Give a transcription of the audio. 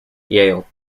yale